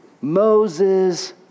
Moses